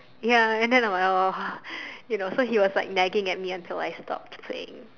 ya and then I will like I will you know so he was like nagging at me until I stopped playing